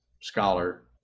scholar